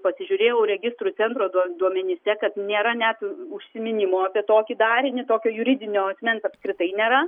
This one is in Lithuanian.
pasižiūrėjau registrų centro duo duomenyse kad nėra net užsiminimo apie tokį darinį tokio juridinio asmens apskritai nėra